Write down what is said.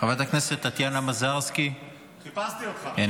חברת הכנסת טטיאנה מזרסקי, איננה,